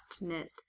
knit